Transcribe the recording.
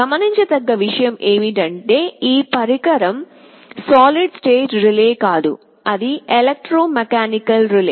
గమనించదగ్గ విషయం ఏమిటంటే ఈ పరికరం ఘన స్థితి రిలే కాదు అది ఎలక్ట్రోమెకానికల్ రిలే